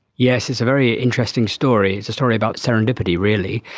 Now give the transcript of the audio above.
yes, it's a very interesting story. it's a story about serendipity really.